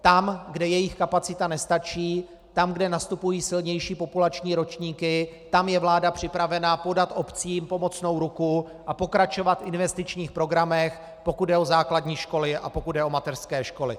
Tam, kde jejich kapacita nestačí, tam, kde nastupují silnější populační ročníky, tam je vláda připravena podat obcím pomocnou ruku a pokračovat v investičních programech, pokud jde o základní školy a pokud jde o mateřské školy.